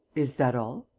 is that all?